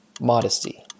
Modesty